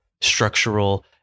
structural